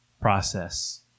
process